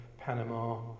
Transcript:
Panama